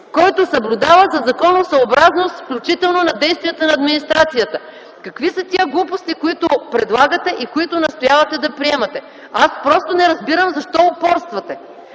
който съблюдава за законосъобразност, включително на действията на администрацията. Какви са тези глупости, които предлагате и настоявате да приемате? Аз просто не разбирам защо упорствате!